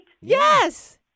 Yes